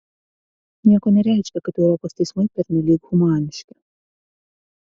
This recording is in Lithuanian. nieko nereiškia kad europos teismai pernelyg humaniški